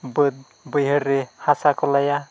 ᱵᱟᱹᱫᱽ ᱵᱟᱹᱭᱦᱟᱹᱲᱨᱮ ᱦᱟᱥᱟ ᱠᱚ ᱞᱟᱭᱟ